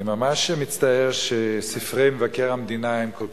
אני ממש מצטער שספרי מבקר המדינה הם כל